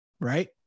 Right